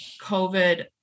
COVID